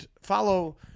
follow